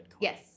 Yes